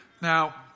Now